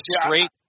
straight